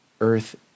earth